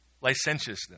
licentiousness